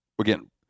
again